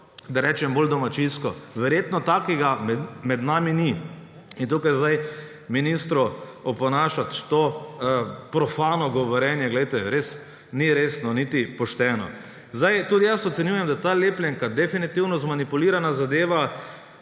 da rečem bolj domačijsko. Verjetno takega med nami ni in tukaj zdaj ministru oponašati to profano govorjenje; glejte, res ni resno niti pošteno. Tudi jaz ocenjujem, da je ta lepljenka definitivno zmanipulirana zadeva,